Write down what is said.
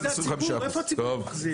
בתי עסק זה הציבור, איפה הציבור מחזיר?